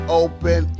open